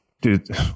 Dude